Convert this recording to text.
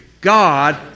God